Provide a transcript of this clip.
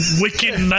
wicked